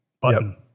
button